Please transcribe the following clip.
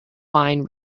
wine